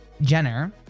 Jenner